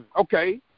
Okay